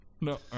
No